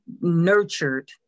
nurtured